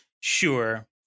Sure